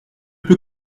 peux